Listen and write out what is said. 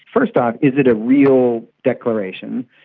first off, is it a real declaration,